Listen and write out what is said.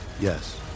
Yes